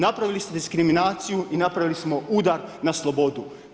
Napravili ste diskriminaciju i napravili smo udar na slobodu.